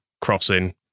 crossing